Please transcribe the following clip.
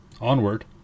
Onward